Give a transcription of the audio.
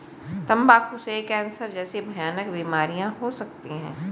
तंबाकू से कैंसर जैसी भयानक बीमारियां हो सकती है